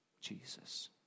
Jesus